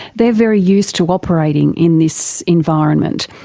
they are very used to operating in this environment.